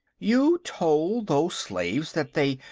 you told those slaves that they.